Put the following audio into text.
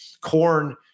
corn